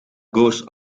goes